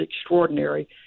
extraordinary